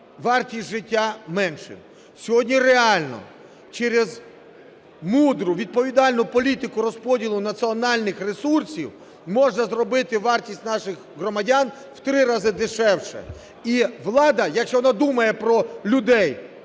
вартість життя меншою. Сьогодні реально через мудру відповідальну політику розподілу національних ресурсів можна зробити вартість наших громадян в три рази дешевше. І влада, якщо вона думає про людей,